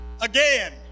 again